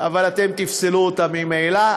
אבל אתם תפסלו אותה ממילא,